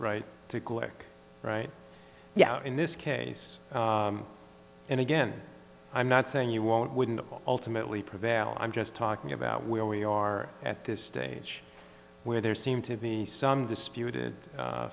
right to collect right yeah in this case and again i'm not saying you won't wouldn't ultimately prevail i'm just talking about where we are at this stage where there seem to be some disputed